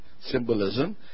symbolism